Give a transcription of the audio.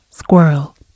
Squirrel